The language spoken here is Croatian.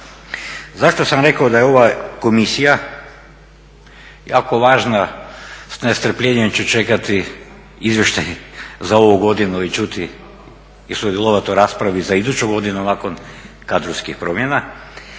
Zašto sam rekao da je ova komisija jako važna, s nestrpljenjem ću čekati izvještaj za ovu godinu i čuti i sudjelovati u raspravi za iduću godinu nakon kadrovskih promjena,